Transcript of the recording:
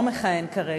לא מכהן כרגע,